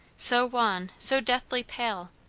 so wan, so deathly pale,